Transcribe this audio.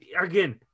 again